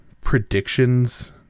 predictions